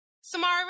Samara